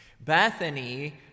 Bethany